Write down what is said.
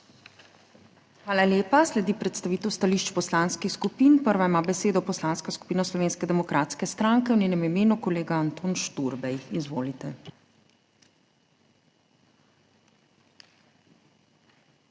Hvala lepa. Sledi predstavitev stališč poslanskih skupin. Prva ima besedo Poslanska skupina Slovenske demokratske stranke, v njenem imenu kolega Anton Šturbej. Izvolite.